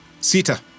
Sita